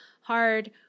hard